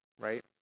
right